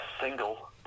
single